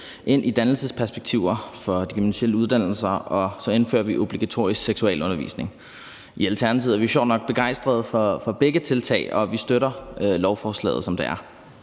ind i dannelsesperspektiver for de gymnasiale uddannelser, og så indfører vi obligatorisk seksualundervisning. I Alternativet er vi sjovt nok begejstrede for begge tiltag, og vi støtter lovforslaget, som det er.